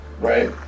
Right